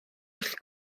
wrth